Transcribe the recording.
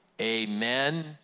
amen